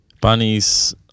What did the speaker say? Bunnies